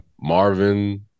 Marvin